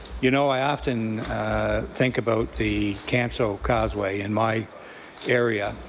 you know, i often think about the canso causeway in my area,